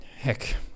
Heck